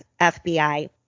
FBI